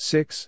Six